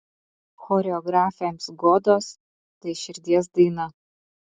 choreografėms godos tai širdies daina